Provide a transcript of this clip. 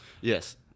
yes